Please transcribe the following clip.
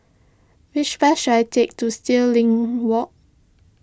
which bus should I take to Stirling Walk